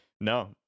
No